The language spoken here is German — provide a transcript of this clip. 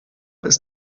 ist